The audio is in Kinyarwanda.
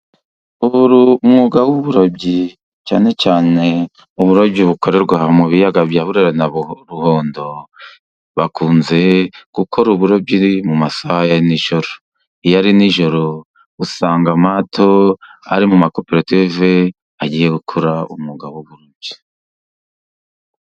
Umwuga w'uburobyi, cyane cyane uburobyi bukorerwa mu biyaga bya Burera na Ruhondo, bakunze gukora uburobyi mu masaha ya nijoro. Iyo ari nijoro usanga amato ari mu makoperative, agiye gukora umwuga w'uburobyi.